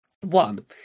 One